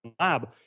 lab